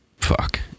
Fuck